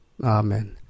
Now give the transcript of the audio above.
Amen